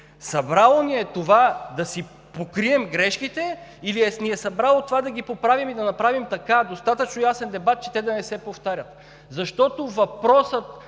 събрало ни е това да си покрием грешките или това да ги поправим и да направим достатъчно ясен дебат, че те да не се повтарят. Защото въпросът